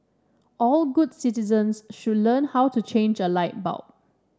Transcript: all good citizens should learn how to change a light bulb